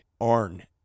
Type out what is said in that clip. Arn